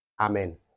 Amen